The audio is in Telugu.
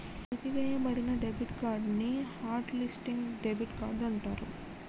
నిలిపివేయబడిన డెబిట్ కార్డ్ ని హాట్ లిస్టింగ్ డెబిట్ కార్డ్ అంటాండ్రు